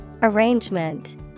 Arrangement